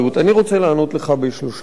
אני רוצה לענות לך בשלושה דברים.